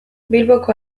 bilboko